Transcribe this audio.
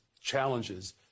challenges